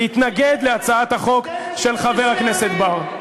להתנגד להצעת החוק של חבר הכנסת בר.